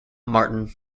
martin